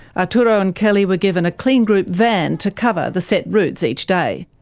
arturo and kelly were given a kleen group van to cover the set routes each day.